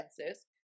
senses